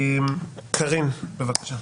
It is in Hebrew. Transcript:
קארין, בבקשה.